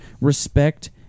respect